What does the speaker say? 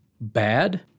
bad